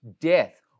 death